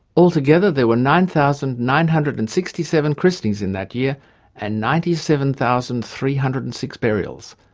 altogether there were nine thousand nine hundred and sixty seven christenings in that year and ninety seven thousand three hundred and six burials,